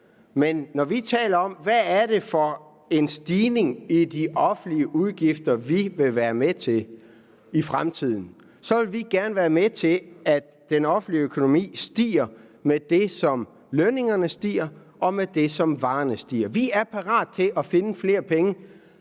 Men når vi taler om, hvad det er for en stigning i de offentlige udgifter, vi vil være med til i fremtiden, så siger vi, at vi gerne vil være med til, at den offentlige økonomi stiger med det, som lønningerne stiger med, og det, som varerne stiger med. Vi er parate til at finde flere penge